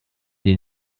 den